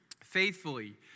faithfully